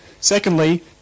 Secondly